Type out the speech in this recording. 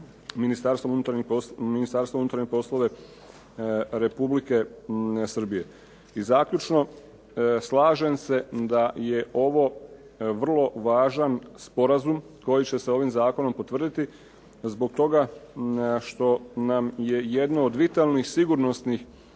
Ministarstvom unutarnjih poslova Republike Srbije. I zaključno, slažem se da je ovo vrlo važan sporazum koji će se ovim zakonom potvrditi, zbog toga što nam je jedno od vitalnih sigurnosnih